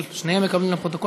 שניהם מקבלים, לפרוטוקול.